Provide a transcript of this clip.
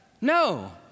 no